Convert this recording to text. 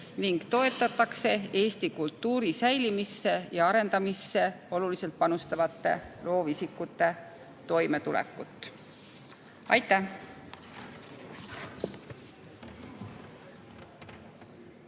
ning toetatakse eesti kultuuri säilimisse ja arendamisse oluliselt panustavate loovisikute toimetulekut. Aitäh!